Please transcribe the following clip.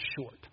short